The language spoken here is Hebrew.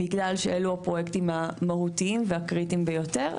בגלל שאלו הפרויקטים המהותיים והקריטיים ביותר.